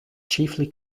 chiefly